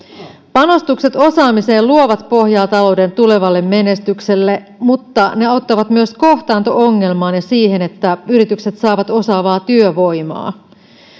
panostukset osaamiseen luovat pohjaa talouden tulevalle menestykselle mutta ne auttavat myös kohtaanto ongelmaan ja siihen että yritykset saavat osaavaa työvoimaa